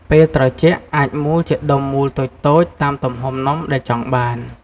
ពេលត្រជាក់អាចមូលជាដុំមូលតូចៗតាមទំហំនំដែលចង់បាន។